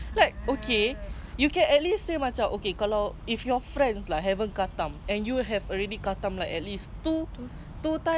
guidance okay so kau dapat pahala kau tak payah riak macam K lah aku jadi cikgu engkau lah aku dah khatam banyak kali like you don't have to say that macam okay lah